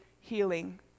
healing